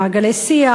במעגלי שיח,